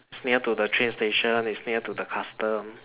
its near to the train station it's near to the custom